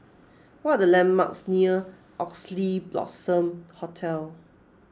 what are the landmarks near Oxley Blossom Hotel